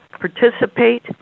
participate